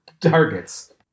targets